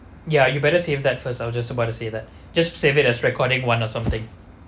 ya you better save that first I was just about to say that just save it as recording one or something